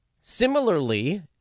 Similarly